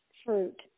fruit